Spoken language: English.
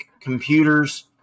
computers